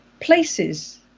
places